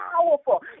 powerful